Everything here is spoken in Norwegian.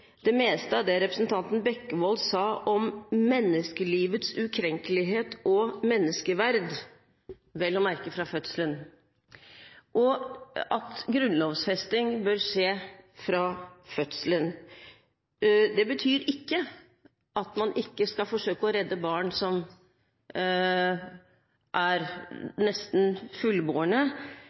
det meste av det representanten Bekkevold sa om menneskelivets ukrenkelighet og menneskeverd, vel å merke fra fødselen, og at grunnlovfesting bør skje fra fødselen. Det betyr ikke at man ikke skal forsøke å redde barn som er nesten